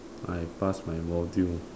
I pass my module